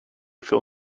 fill